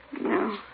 No